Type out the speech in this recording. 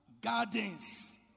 gardens